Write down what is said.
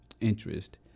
interest